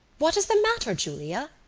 what is the matter, julia?